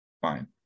Fine